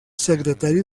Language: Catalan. secretari